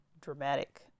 dramatic